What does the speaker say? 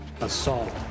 assault